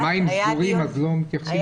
השמיים סגורים, אז לא מתייחסים אליהם?